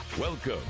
Welcome